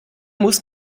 muss